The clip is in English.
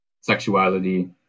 sexuality